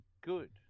good